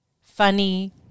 Funny